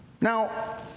Now